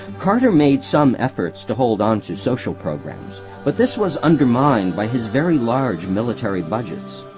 carter made some efforts to hold onto social programs, but this was undermined by his very large military budgets.